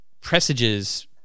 presages